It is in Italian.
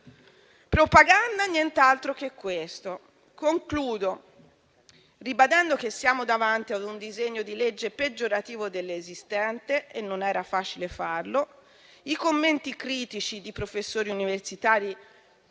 propaganda, nient'altro che questo. Concludo ribadendo che siamo davanti a un disegno di legge, peggiorativo dell'esistente e non era facile farlo. I commenti critici di professori universitari